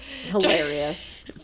hilarious